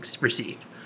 receive